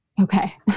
Okay